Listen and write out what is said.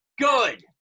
Good